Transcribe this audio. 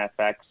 FX